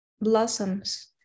blossoms